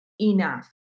enough